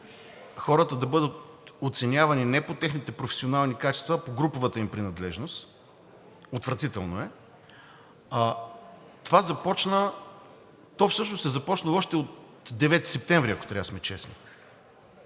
Хората да бъдат оценявани не по техните професионални качества, а по груповата им принадлежност – отвратително е! Това започна, то всъщност е започнало още от 9 септември, ако трябва да сме честни,